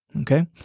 Okay